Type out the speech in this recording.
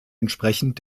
entsprechend